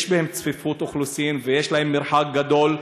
שיש בהם צפיפות אוכלוסין והמרחק מהם לבית-חולים גדול,